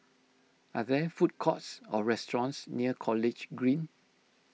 are there food courts or restaurants near College Green